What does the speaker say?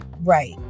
right